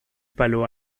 palo